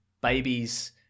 babies